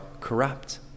corrupt